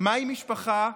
מהי משפחה,